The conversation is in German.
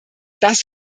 das